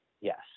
yes